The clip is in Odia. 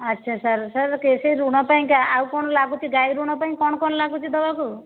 ଆଚ୍ଛା ସାର୍ ସାର୍ ସେହି ଋଣ ପାଇଁକା ଆଉ କ'ଣ ଲାଗୁଛି ଗାଈ ଋଣ ପାଇଁ କ'ଣ କ'ଣ ଲାଗୁଛି ଦେବାକୁ